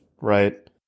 right